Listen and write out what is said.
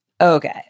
Okay